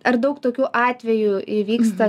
ar daug tokių atvejų įvyksta